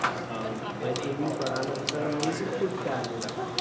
होय मागीर चोवीस वरां नंतर मागीर दुसरी चार्ज लागता